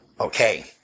Okay